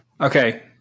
Okay